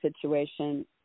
situation